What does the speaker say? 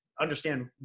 understand